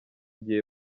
igihe